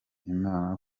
imana